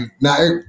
now